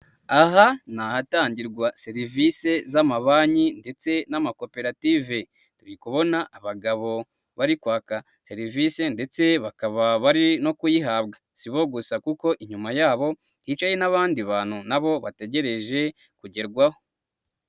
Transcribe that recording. Aha ni ahatangirwa serivisi z'amabanki ndetse n'amakoperative, ndi kubona abagabo bari kwaka serivisi ndetse bakaba bari no kuyihabwa, si bo gusa kuko inyuma yabo, hicaye n'abandi bantu nabo bategereje kugerwaho.